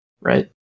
right